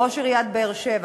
ראש עיריית באר-שבע,